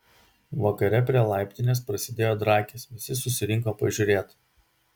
vakare prie laiptinės prasidėjo drakės visi susirinko pažiūrėt